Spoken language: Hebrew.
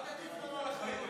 אל תטיף לנו על אחריות.